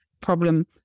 problem